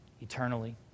eternally